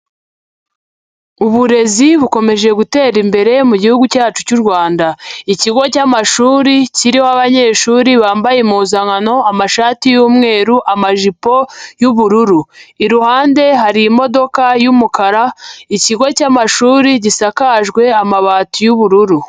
Uburezi bukomeje gutera imbere mu gihugu cyacu cy'u Rwanda. Ikigo cy'amashuri kiriho abanyeshuri bambaye impuzankano, amashati y'umweru, amajipo y'ubururu. Iruhande hari imodoka y'umukara, ikigo cy'amashuri gisakajwe amabati y'ubururu.